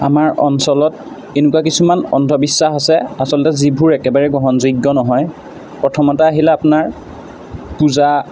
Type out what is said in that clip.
আমাৰ অঞ্চলত এনেকুৱা কিছুমান অন্ধবিশ্বাস আছে আচলতে যিবোৰ একেবাৰে গ্ৰহণযোগ্য নহয় প্ৰথমতে আহিল আপোনাৰ পূজা